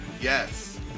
Yes